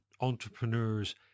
entrepreneurs